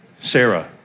Sarah